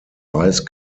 ice